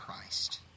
Christ